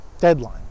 deadline